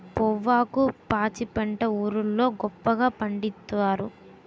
పొవ్వాకు పాచిపెంట ఊరోళ్లు గొప్పగా పండిచ్చుతారు